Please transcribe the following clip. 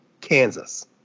Kansas